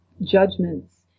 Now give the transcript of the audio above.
judgments